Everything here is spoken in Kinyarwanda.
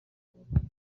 kubabwira